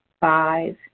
five